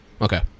Okay